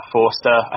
Forster